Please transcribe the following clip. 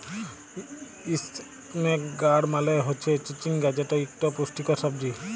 ইসনেক গাড় মালে হচ্যে চিচিঙ্গা যেট ইকট পুষ্টিকর সবজি